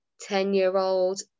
ten-year-old